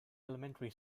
elementary